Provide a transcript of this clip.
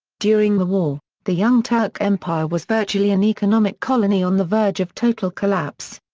during the war, the young turk empire was virtually an economic colony on the verge of total collapse.